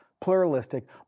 Pluralistic